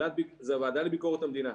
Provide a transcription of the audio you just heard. זו הוועדה לביקורת המדינה,